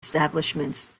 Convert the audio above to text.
establishments